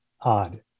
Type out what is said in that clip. odd